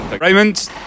Raymond